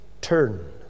turn